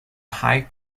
high